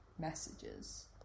messages